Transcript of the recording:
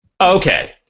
Okay